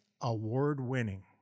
Award-winning